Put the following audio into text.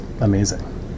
amazing